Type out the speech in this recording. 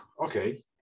okay